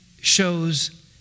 shows